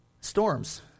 Storms